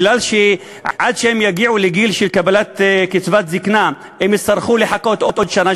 כי עד שהם יגיעו לגיל של קבלת קצבת זיקנה הם יצטרכו לחכות עוד שנה,